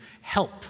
help